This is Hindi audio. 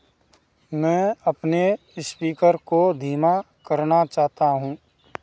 मैं अपने स्पीकर को धीमा करना चाहता हूँ